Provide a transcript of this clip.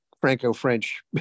Franco-French